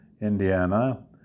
Indiana